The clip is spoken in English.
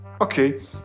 Okay